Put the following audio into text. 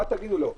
מה תגידו לו?